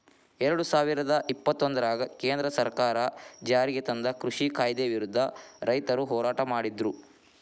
ಎರಡುಸಾವಿರದ ಇಪ್ಪತ್ತೊಂದರಾಗ ಕೇಂದ್ರ ಸರ್ಕಾರ ಜಾರಿಗೆತಂದ ಕೃಷಿ ಕಾಯ್ದೆ ವಿರುದ್ಧ ರೈತರು ಹೋರಾಟ ಮಾಡಿದ್ರು